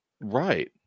Right